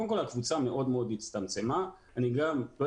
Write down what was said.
אז קודם כל, הקבוצה מאוד הצטמצמה.